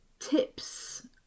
tips